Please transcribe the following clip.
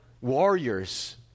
warriors